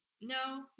No